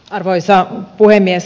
arvoisa puhemies